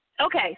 Okay